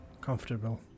comfortable